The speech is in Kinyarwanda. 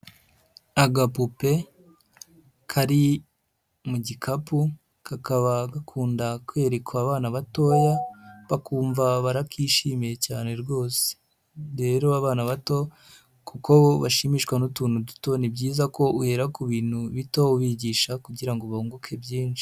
Agapupe kari mu gikapu, kakaba gakunda kwekwa abana batoya, bakumva barakishimiye cyane rwose, rero abana bato kuko bo bashimishwa n'utuntu duto, ni byiza ko uhera ku bintu bito ubigisha kugira ngo bunguke byinshi.